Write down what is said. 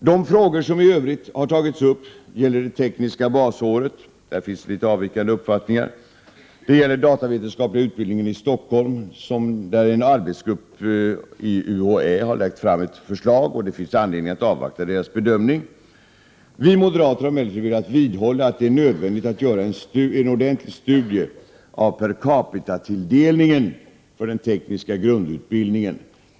De frågor som i övrigt har tagits upp gäller det tekniska basåret, där det finns litet avvikande uppfattningar, och den datavetenskapliga utbildningen i Stockholm, där en arbetsgrupp inom UHÄ har lagt fram ett förslag. Det finns anledning att avvakta dess bedömning. Vi moderater har emellertid velat vidhålla att det är nödvändigt att göra en ordentlig studie av per capitatilldelningen för den tekniska grundutbildningen.